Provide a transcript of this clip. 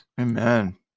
Amen